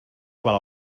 qual